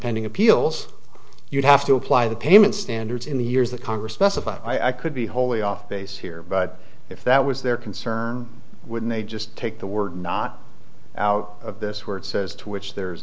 impending appeals you'd have to apply the payment standards in the years that congress specified i could be wholly off base here but if that was their concern wouldn't they just take the word not out of this word says to which there's